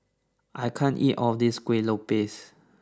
I can't eat all of this Kueh Lopes